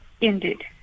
Indeed